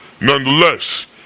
Nonetheless